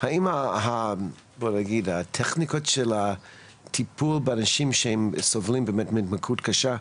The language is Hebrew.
האם הטכניקות של הטיפול באנשים שהם סובלים באמת מהתמכרות קשה,